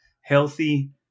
healthy